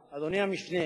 כדי לברר את המצב במפעל,